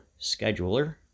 scheduler